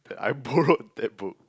that I borrowed that book